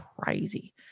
crazy